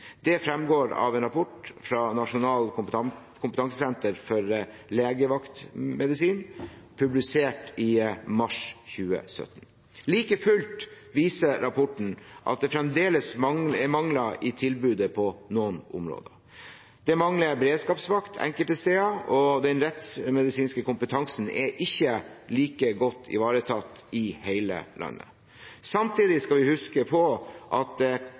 Det fremgår av en rapport fra Nasjonalt kompetansesenter for legevaktmedisin, publisert i mars 2017. Like fullt viser rapporten at det fremdeles er mangler i tilbudet på noen områder. Det mangler beredskapsvakt enkelte steder, og den rettsmedisinske kompetansen er ikke like godt ivaretatt i hele landet. Samtidig skal vi huske på at